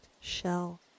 shell